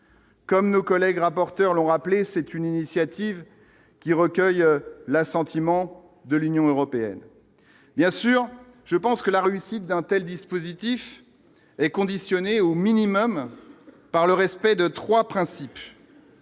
comme nos collègues rapporteur l'ont rappelé, c'est une initiative qui recueille l'assentiment de l'Union européenne bien sûr, je pense que la réussite d'untel, dispositif est conditionnée au minimum par le respect de 3 principes.